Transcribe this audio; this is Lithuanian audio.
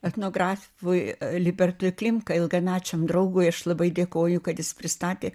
etnografui libertui klimkai ilgamečiam draugui aš labai dėkoju kad jis pristatė